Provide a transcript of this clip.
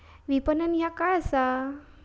विपणन ह्या काय असा?